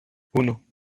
uno